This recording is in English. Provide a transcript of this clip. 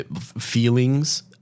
feelings